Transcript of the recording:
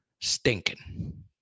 Stinking